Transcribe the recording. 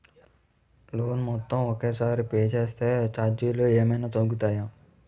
Loan మొత్తం ఒకే సారి పే చేస్తే ఛార్జీలు ఏమైనా తగ్గుతాయా?